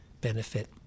benefit